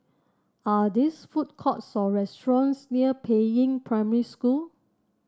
are these food courts or restaurants near Peiying Primary School